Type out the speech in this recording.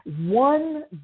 one